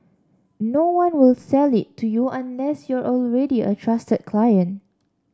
no one will sell it to you unless you're already a trusted client